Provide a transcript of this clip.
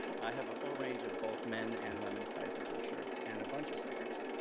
i have a full range of both men and women sizes of shirts and a bunch of stickers.